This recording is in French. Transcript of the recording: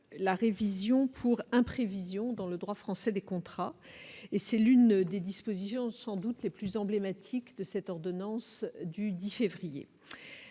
La révision pour imprévision dans le droit français des contrats et c'est l'une des dispositions sans doute les plus emblématiques de cette ordonnance du 10 février